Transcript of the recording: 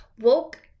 Woke